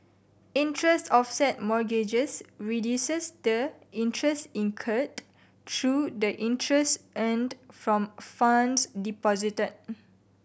interest offset mortgages reduces the interest incurred through the interest earned from funds deposited